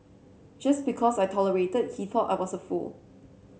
just because I tolerated he thought I was a fool